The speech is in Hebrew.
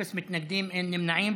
אפס מתנגדים, אין נמנעים.